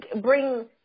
bring